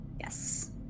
Yes